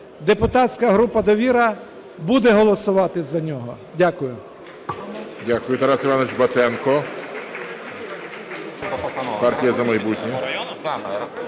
Депутатська група "Довіра" буде голосувати за нього. Дякую.